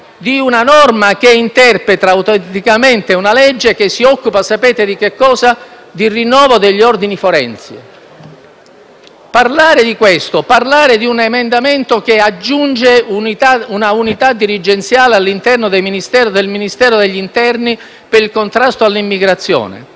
di una norma che interpreta autenticamente una legge che si occupa di rinnovo degli ordini forensi. Si parla di un emendamento che aggiunge un'unità dirigenziale all'interno del Ministero degli interni per il contrasto all'immigrazione.